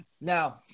now